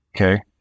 Okay